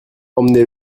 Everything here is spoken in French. emmenez